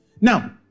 Now